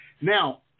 Now